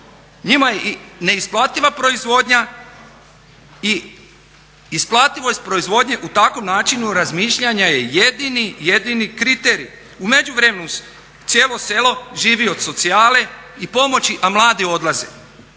Njima je i neisplativa proizvodnja i isplativost proizvodnje u takvom načinu razmišljanja je jedini kriterij. U međuvremenu cijelo selo živi od socijale i pomoći, a mladi odlaze.